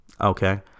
Okay